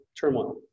turmoil